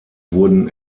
wurden